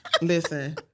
listen